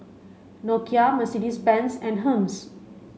Nokia Mercedes Benz and Hermes